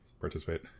participate